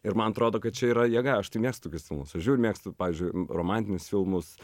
ir man atrodo kad čia yra jėga aš tai mėgstu tokius filmus aš žiauriai mėgstu pavyzdžiui romantinius filmus